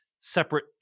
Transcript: separate